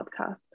podcast